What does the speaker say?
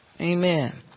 Amen